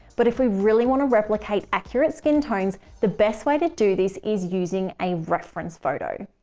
but if we really want to replicate accurate skin tones, the best way to do this is using a reference photo.